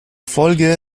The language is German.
folge